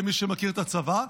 למי שמכיר את הצבא,